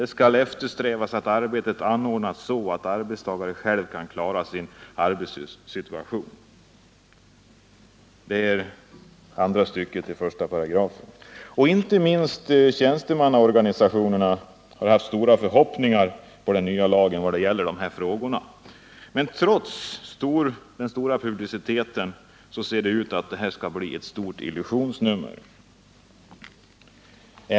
Det skall eftersträvas att arbetet anordnas så, att arbetstagare själv kan påverka sin arbetssituation.” Inte minst tjänstemannaorganisationerna har haft stora förhoppningar på den nya arbetsmiljölagen i vad gäller dessa frågor. Men trots den stora publiciteten ser det ut som om detta skall bli ett stort illusionsnummer.